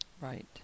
Right